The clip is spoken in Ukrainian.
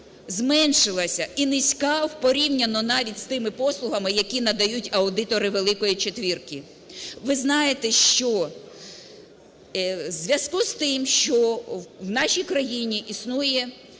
зменшилася і низька в порівняно навіть з тими послугами, які надають аудитори "Великої четвірки". Ви знаєте, що в зв'язку із тим, що в нашій країні існує